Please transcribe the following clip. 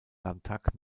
landtag